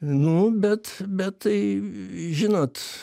nu bet bet tai žinot